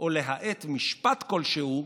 או להאט משפט כלשהו,